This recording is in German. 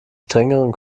strengeren